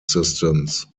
systems